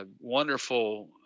wonderful